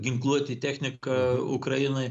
ginkluotė technika ukrainai